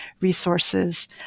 resources